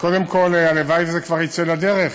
קודם כול, הלוואי שזה כבר יצא לדרך.